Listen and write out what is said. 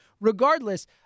Regardless